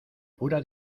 pura